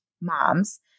moms